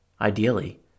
Ideally